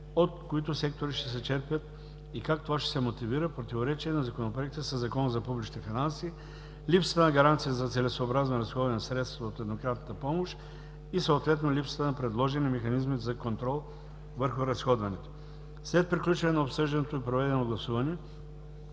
от кои сектори ще се черпят и как това ще се мотивира; – противоречие на законопроекта със Закона за публичните финанси; – липсата на гаранция за целесъобразното разходване на средствата от еднократната помощ и съответно липсата на предложени механизми за контрол върху разходването. След приключване на обсъждането и проведеното гласуване